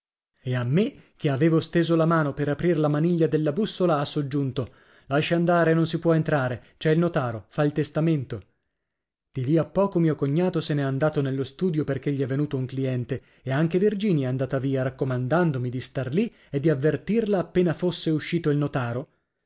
e a me che avevo steso la mano per aprir la maniglia della bussola ha soggiunto lascia andare non si può entrare c'è il notaro fa il testamento di lì a poco mio cognato se n'è andato nello studio perché gli è venuto un cliente e anche virginia è andata via raccomandandomi di star lì e di avvertirla appena fosse uscito il notaro